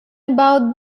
about